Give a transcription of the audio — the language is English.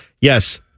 yes